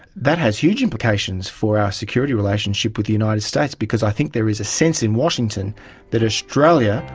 that has huge implications for our security relationship with the united states because i think there is a sense in washington that australia,